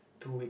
two week